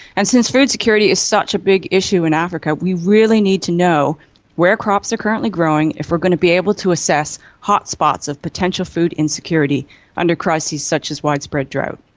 and since food security is such a big issue in africa, we really need to know where crops are currently growing if we are going to be able to assess hotspots of potential food insecurity under crises such as widespread drought.